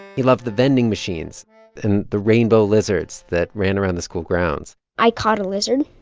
he loved the vending machines and the rainbow lizards that ran around the school grounds i caught a lizard,